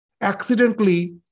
accidentally